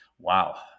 wow